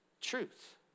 truth